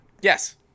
Yes